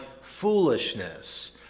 foolishness